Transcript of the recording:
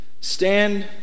stand